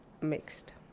mixed